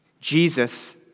Jesus